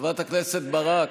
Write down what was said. חברת הכנסת ברק,